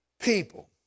people